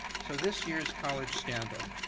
so, this year's college scandal.